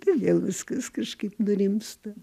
tai vėl viskas kažkaip nurimsta